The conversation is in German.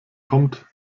kommt